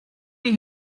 die